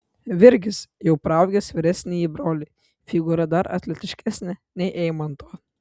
virgis jau praaugęs vyresnįjį brolį figūra dar atletiškesnė nei eimanto